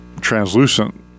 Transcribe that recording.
translucent